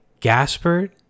Gaspard